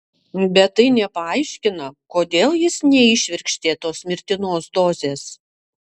bet tai nepaaiškina kodėl jis neįšvirkštė tos mirtinos dozės